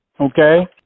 Okay